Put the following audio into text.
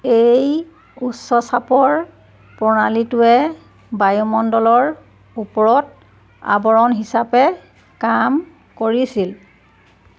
এই উচ্চ চাপৰ প্ৰণালীটোৱে বায়ুমণ্ডলৰ ওপৰত আৱৰণ হিচাপে কাম কৰিছিল